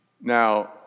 Now